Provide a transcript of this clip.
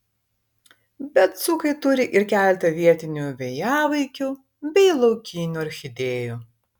bet dzūkai turi ir keletą vietinių vėjavaikių bei laukinių orchidėjų